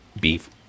beef